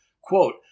Quote